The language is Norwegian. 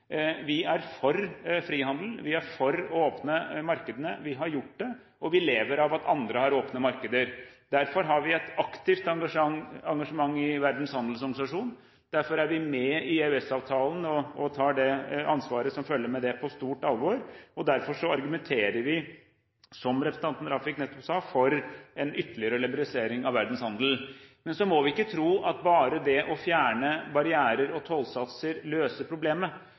vi er for frihandel, vi er for å åpne markedene, vi har gjort det, og vi lever av at andre har åpne markeder. Derfor har vi et aktivt engasjement i Verdens handelsorganisasjon, derfor er vi med i EØS-avtalen og tar det ansvaret som følger med det på stort alvor, og derfor argumenterer vi – som representanten Rafiq nettopp sa – for en ytterligere liberalisering av verdens handel. Men vi må ikke tro at bare det å fjerne barrierer og tollsatser løser problemet,